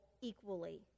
equally